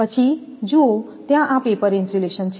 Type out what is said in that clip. પછી જુઓ ત્યાં આ પેપર ઇન્સ્યુલેશન છે